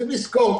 צריך לזכור,